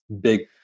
big